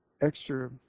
extra